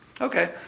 Okay